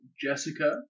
Jessica